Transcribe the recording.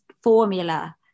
formula